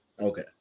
Okay